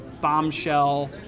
bombshell